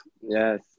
Yes